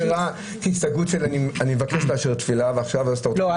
עכשיו השאלה כי בהסתייגות אני מבקש לאשר תפילה ועכשיו אתה רוצה -- לא,